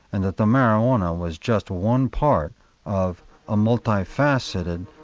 and that the marijuana was just one part of a multi-faceted,